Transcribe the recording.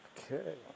Okay